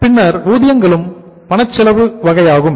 பின்னர் ஊதியங்களும் பணச்செலவு வகையாகும்